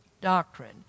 doctrine